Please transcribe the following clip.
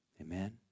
Amen